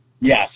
Yes